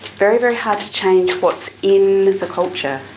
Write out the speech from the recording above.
very, very hard to change what's in the culture.